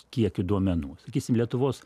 kiekiu duomenų sakysim lietuvos